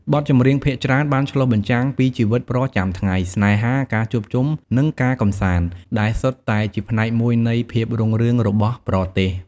បទចម្រៀងភាគច្រើន បានឆ្លុះបញ្ចាំងពីជីវិតប្រចាំថ្ងៃ ស្នេហា ការជួបជុំ និងការកម្សាន្ត ដែលសុទ្ធតែជាផ្នែកមួយនៃភាពរុងរឿងរបស់ប្រទេស។